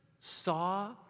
saw